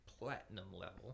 platinum-level